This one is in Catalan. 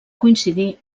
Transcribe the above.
coincidir